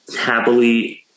happily